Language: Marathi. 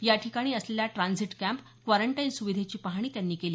याठिकाणी असलेला ट्रांझिट कॅम्प क्वारंटाईन सुविधेची पाहणी त्यांनी केली